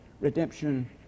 redemption